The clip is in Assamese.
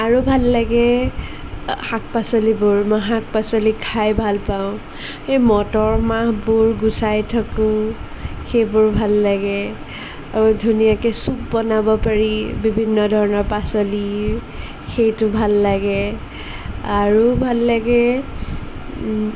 আৰু ভাল লাগে শাক পাচলিবোৰ মই শাক পাচলি খাই ভালপাওঁ সেই মটৰমাহবোৰ গুচাই থাকোঁ সেইবোৰ ভাল লাগে আৰু ধুনীয়াকৈ চুপ বনাব পাৰি বিভিন্ন ধৰণৰ পাচলিৰ সেইটো ভাল লাগে আৰু ভাল লাগে